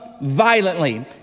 violently